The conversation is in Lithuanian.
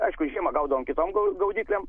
aišku žiemą gaudom kitom gau gaudyklėm